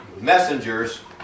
messengers